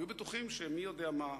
והיו בטוחים שמי-יודע-מה.